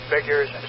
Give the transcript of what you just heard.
Figures